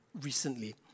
recently